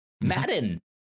Madden